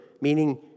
meaning